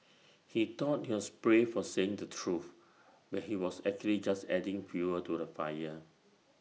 he thought he was brave for saying the truth but he was actually just adding fuel to the fire